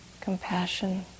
Compassion